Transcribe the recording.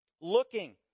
looking